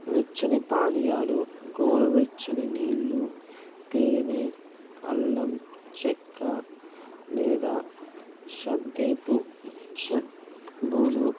వెచ్చని పానీయాలు గోరువెచ్చని నీళ్ళు తేనేె అల్లం చెక్క లేదా షద్దేపు చెబ్బులు